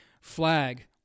flag